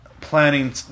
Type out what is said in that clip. planning